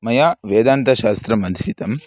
मया वेदान्तशास्त्रम् अधीतं